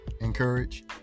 encourage